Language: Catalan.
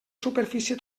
superfície